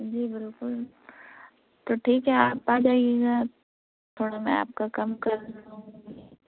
جی بالکل تو ٹھیک ہے آپ آ جائیے گا تھوڑا میں آپ کا کم کر لوں گی